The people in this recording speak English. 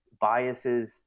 biases